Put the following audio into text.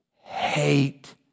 hate